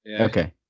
Okay